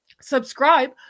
Subscribe